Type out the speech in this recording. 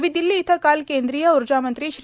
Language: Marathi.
नवी दिल्ली इथं काल केंद्रीय उर्जा मंत्री श्री